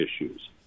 issues